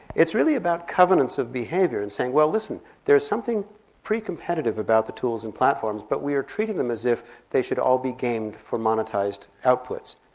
it's really about covenants of behaviour and saying well listen there is something pretty competitive about the tools and platforms but we are treating them as if they should all be gained for monetized outputs.